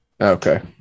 Okay